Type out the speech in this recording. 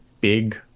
big